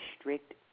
strict